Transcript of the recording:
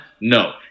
No